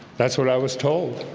that's what i was told